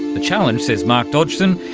the challenge, says mark dodgson,